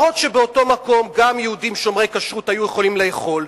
אף-על-פי שבאותו מקום גם יהודים שומרי כשרות היו יכולים לאכול,